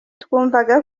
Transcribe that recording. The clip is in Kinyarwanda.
twumvaga